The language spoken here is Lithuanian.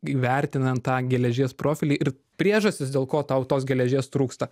įvertinant tą geležies profilį ir priežastis dėl ko tau tos geležies trūksta